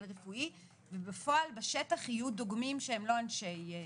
רפואי ובפועל בשטח יהיו דוגמים שהם לא אנשי רפואה.